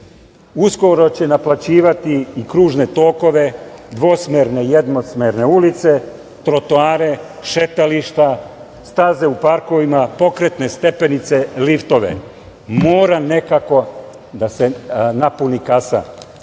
Uskoro će naplaćivati i kružne tokove, dvosmerne, jednosmerne ulice, trotoare, šetališta, staze u parkovima, pokretne stepenice, liftove, mora nekako da se napuni kasa,